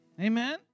Amen